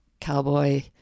cowboy